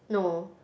no